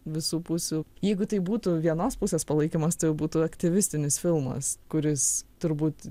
visų pusių jeigu tai būtų vienos pusės palaikymas tai jau būtų aktyvistinis filmas kuris turbūt